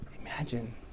Imagine